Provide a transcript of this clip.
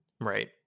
right